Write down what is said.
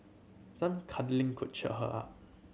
some cuddling could cheer her up